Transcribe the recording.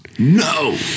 no